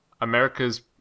America's